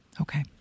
Okay